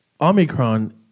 Omicron